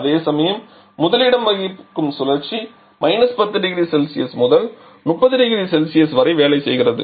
அதேசமயம் முதலிடம் வகிக்கும் சுழற்சி 10 0C முதல் 300C வரை வேலை செய்கிறது